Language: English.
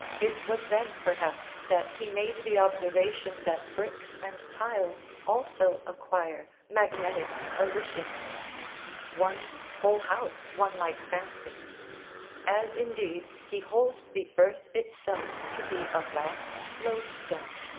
it was then, perhaps, that he made the observation that bricks and tiles also acquire magnetic alliciency one's whole house, one might fancy as indeed, he holds the earth itself to be a vast lodestone.